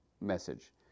message